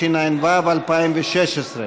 התשע"ו 2016,